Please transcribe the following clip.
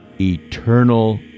eternal